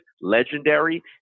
legendary